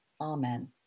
Amen